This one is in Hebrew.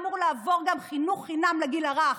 ואמור לעבור גם חינוך חינם לגיל הרך,